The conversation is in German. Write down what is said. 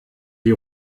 die